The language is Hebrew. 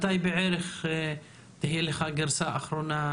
ליאור, מתי בערך תהיה לך גרסה אחרונה?